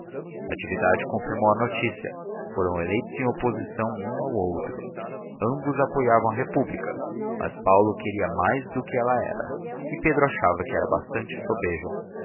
natividade confirmou a notícia foram eleitos em oposição um ao outro ambos apoiavam a república mas paulo queria mais do que ela era e pedro achava que era bastante